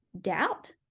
doubt